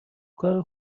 کار